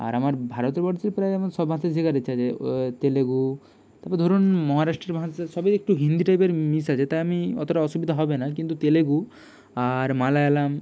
আর আমার ভারতবর্ষের প্রায় আমার সব ভাষাই সেখার ইচ্ছা আছে ও তেলেগু তারপরে ধরুন মহারাষ্ট্রের ভাষা সবই একটু হিন্দি টাইপের মিশ আছে তাই আমি অতোটা অসুবিদা হবে না কিন্তু তেলেগু আর মালায়ালাম